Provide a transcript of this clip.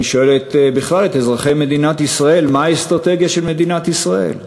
אני שואל בכלל את אזרחי מדינת ישראל: מה האסטרטגיה של מדינת ישראל?